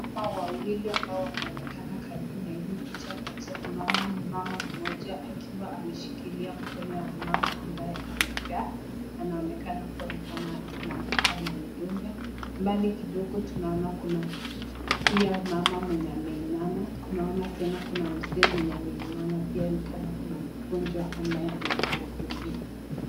Wamama wawili ambao wameonekana karibu na hili picha kabisa, tunaona mmama mmoja akiwa ameshikilia mkono ya mmama ambaye amekaa. Anaonekana kuwa ni kama anamdunga, mbali kidogo tunaona kuna pia mama mwenye ameinama, tunaona tena kuna mzee mwenye ameinama pia ni kama mgonjwa ambaye anamhudumia